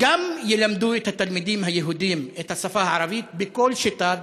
ילמדו גם את התלמידים היהודים את השפה הערבית בכל שיטה,